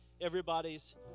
everybody's